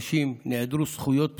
נשים נעדרו זכויות בסיסיות.